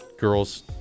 girls